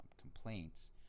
complaints